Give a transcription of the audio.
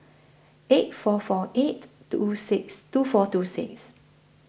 eight four four eight two six two four two six